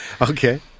Okay